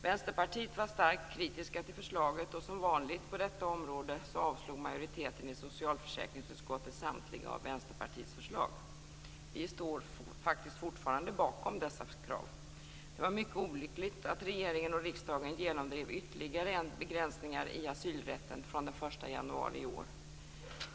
Vänsterpartiet var starkt kritiskt till förslaget, och som vanligt på detta område avstyrkte majoriteten i socialförsäkringsutskottet samtliga av Vänsterpartiets förslag. Vi står fortfarande bakom dessa krav. Det var mycket olyckligt att regeringen och riksdagen genomdrev ytterligare begränsningar i asylrätten från den 1 januari i år.